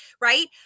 right